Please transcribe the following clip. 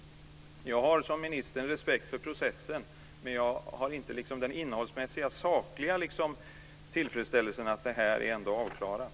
Jag har som ministern respekt för processen, men jag har inte den innehållsmässiga sakliga tillfredsställelsen över att detta är avklarat.